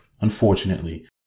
unfortunately